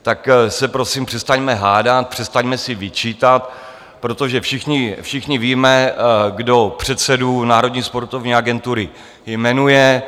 Tak se prosím přestaňme hádat, přestaňme si vyčítat, protože všichni víme, kdo předsedu Národní sportovní agentury jmenuje.